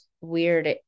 weird